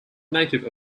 native